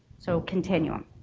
so continuum.